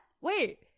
Wait